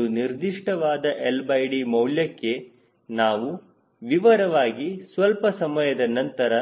ಒಂದು ನಿರ್ದಿಷ್ಟವಾದ LD ಮೌಲ್ಯಕೆ ನಾವು ವಿವರವಾಗಿ ಸ್ವಲ್ಪ ಸಮಯದ ನಂತರ